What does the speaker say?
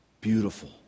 beautiful